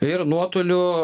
ir nuotoliu